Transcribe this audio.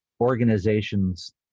organization's